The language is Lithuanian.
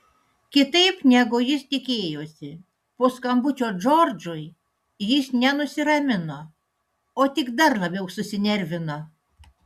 kitaip negu jis tikėjosi po skambučio džordžui jis ne nusiramino o tik dar labiau susinervino